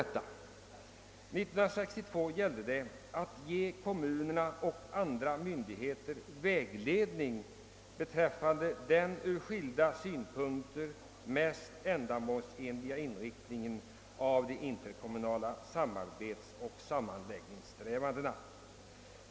1962 gällde det att ge kommunerna och andra myndigheter vägledning beträffande den ur skilda synpunkter mest ändamålsenliga inriktningen av de interkommunala samarbetsoch sammanläggningssträvandena.